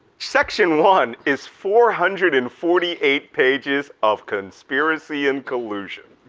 section one is four hundred and forty eight pages of conspiracy and collusion